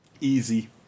Easy